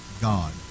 God